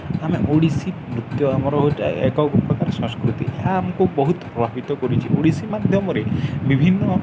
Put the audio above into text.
ଆମେ ଓଡ଼ିଶୀ ନୃତ୍ୟ ଆମର ହେଉଛି ଏକ ପ୍ରକାର ସଂସ୍କୃତି ଏହା ଆମକୁ ବହୁତ ପ୍ରଭାବିତ କରିଛି ଓଡ଼ିଶୀ ମାଧ୍ୟମରେ ବିଭିନ୍ନ